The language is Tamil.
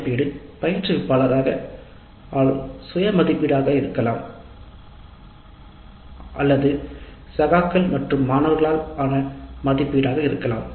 மதிப்பீடு பயிற்றுவிப்பாளரால் மற்றும் சகாக்கள் மற்றும் மாணவர்களால் சுய மதிப்பீடாக இருக்கலாம்